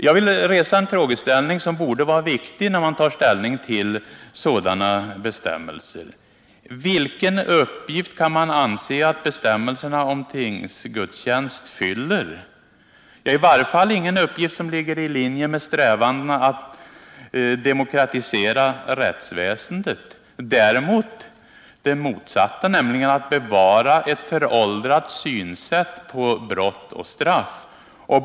Jag vill resa en frågeställning som borde vara viktig när man tar ställning till sådana bestämmelser: Vilken uppgift kan man anse att bestämmelsen om tingsgudstjänst fyller? Det är i varje fall ingen uppgift som ligger i linje med strävanden att demokratisera rättsväsendet. Däremot innebär det motsatsen, nämligen att man bevarar ett föråldrat synsätt på brott och straff.